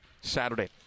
Saturday